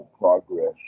progress